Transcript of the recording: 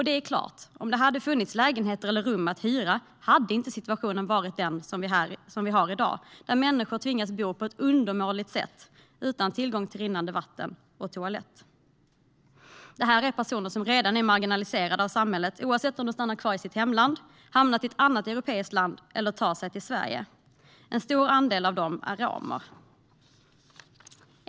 Det är klart att om det hade funnits lägenheter eller rum att hyra hade situationen inte varit den som vi har i dag, där människor tvingas bo på ett undermåligt sätt utan tillgång till rinnande vatten och toalett. Det här är personer som redan är marginaliserade av samhället oavsett om de stannar kvar i sitt hemland, hamnat i ett annat europeiskt land eller tar sig till Sverige. En stor andel av dem är romer.